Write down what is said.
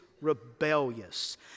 rebellious